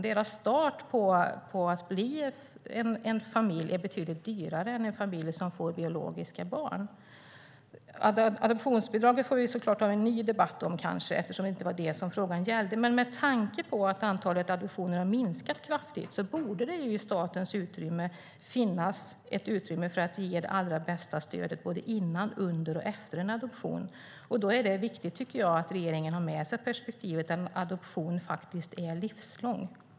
Deras start på att bli en familj är betydligt dyrare än för en familj som får biologiska barn. Vi får kanske ta en ny debatt om adoptionsbidraget eftersom det inte var det som frågan gällde, men med tanke på att antalet adoptioner har minskat kraftigt borde det finnas plats i statens utrymme för att ge det allra bästa stödet både före, under och efter en adoption. Det är viktigt att regeringen då har med sig perspektivet att en adoption är livslång.